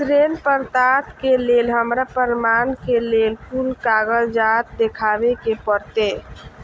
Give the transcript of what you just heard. ऋण प्राप्त के लेल हमरा प्रमाण के लेल कुन कागजात दिखाबे के परते?